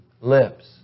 lips